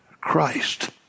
Christ